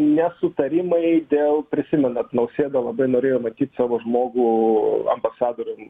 nesutarimai dėl prisimenat nausėda labai norėjo matyt savo žmogų ambasadorium